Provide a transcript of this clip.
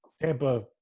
Tampa